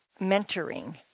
mentoring